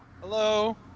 Hello